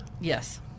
Yes